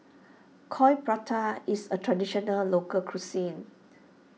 Coin Prata is a Traditional Local Cuisine